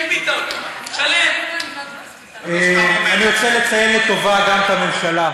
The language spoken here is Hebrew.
אני רוצה לציין לטובה גם את הממשלה,